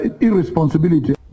irresponsibility